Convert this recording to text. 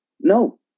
No